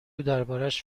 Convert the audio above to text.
دربارش